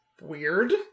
weird